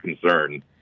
concern